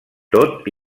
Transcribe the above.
tot